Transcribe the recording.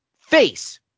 Face